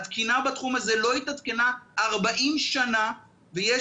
התקינה בתחום הזה לא התעדכנה 40 שנה ויש